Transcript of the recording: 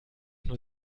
nur